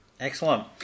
Excellent